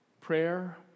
prayer